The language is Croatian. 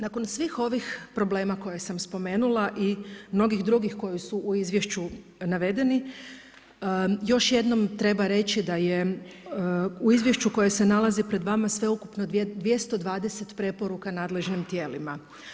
Nakon svih ovih problema koje sam spomenula i mnogih drugih koji su u izvješću navedeni, još jednom treba reći, da je u izvješću koje se nalazi pred vama, sveukupno 220 preporuka nadležnim tijelima.